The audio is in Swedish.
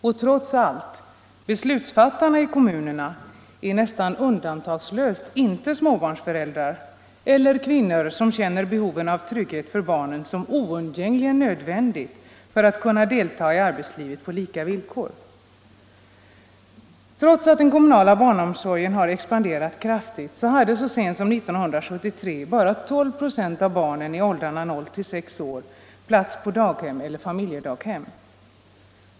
Och trots allt — beslutsfattarna i kommunerna är nästan undantagslöst inte småbarnsföräldrar eller kvinnor som känner behovet av trygghet för barnen som oundgängligen nödvändigt för att kunna delta i arbetslivet på lika villkor. Trots att den kommunala barnomsorgen har expanderat kraftigt, hade så sent som 1973 bara 12 96 av barnen i åldrarna 0-6 år plats på daghem eller familjedaghem.